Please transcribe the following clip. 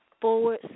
forward